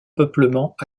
peuplement